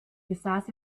besaß